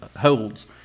holds